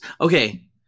Okay